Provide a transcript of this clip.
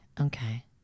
okay